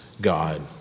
God